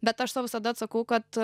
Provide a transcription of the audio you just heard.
bet aš sau visada atsakau kad